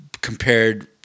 compared